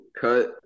cut